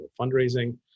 fundraising